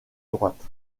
droite